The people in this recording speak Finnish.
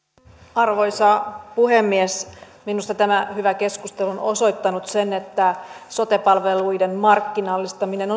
arvoisa puhemies minusta tämä hyvä keskustelu on osoittanut sen että sote palveluiden markkinallistaminen